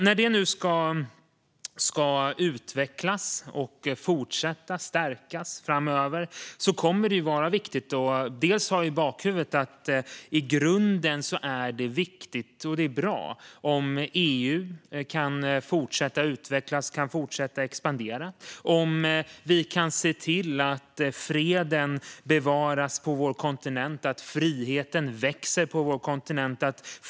När partnerskapet nu ska utvecklas och fortsätta att stärkas framöver kommer det att vara viktigt att ha i bakhuvudet att det i grunden är bra om EU kan fortsätta att utvecklas och expandera. Vi ska se till att freden bevaras på vår kontinent och att friheten växer på vår kontinent.